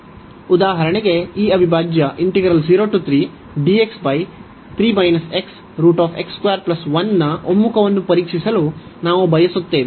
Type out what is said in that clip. ಉದಾಹರಣೆಗೆ ಈ ಅವಿಭಾಜ್ಯನ ಒಮ್ಮುಖವನ್ನು ಪರೀಕ್ಷಿಸಲು ನಾವು ಬಯಸುತ್ತೇವೆ